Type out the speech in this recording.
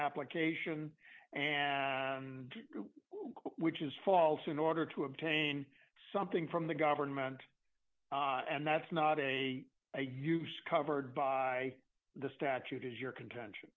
application and which is false in order to obtain something from the government and that's not a use covered by the statute is your contention